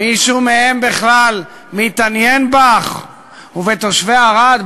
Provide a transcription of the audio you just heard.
מישהו מהם בכלל מתעניין בך ובתושבי ערד,